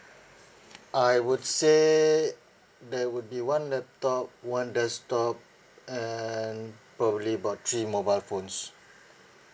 I would say there would be one laptop one desktop and probably about three mobile phones